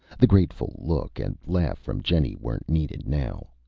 the grateful look and laugh from jenny weren't needed now.